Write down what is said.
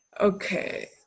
okay